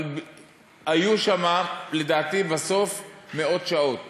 אבל היו שמה לדעתי בסוף מאות שעות